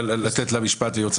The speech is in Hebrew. חובתנו לדעת ולא זכותנו.